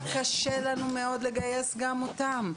קשה לנו מאוד לגייס גם אותם.